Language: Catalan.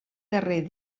darrer